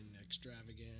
extravagant